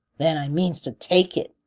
then i means to take it.